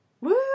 Woo